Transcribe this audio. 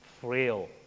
Frail